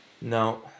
No